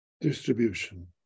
Distribution